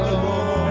Lord